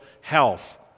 health